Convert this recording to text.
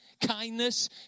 kindness